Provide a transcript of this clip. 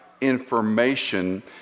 information